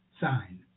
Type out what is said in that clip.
sign